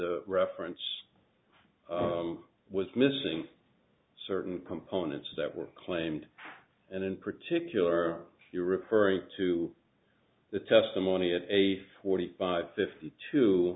the reference was missing certain components that were claimed and in particular you're referring to the testimony of a forty five fifty two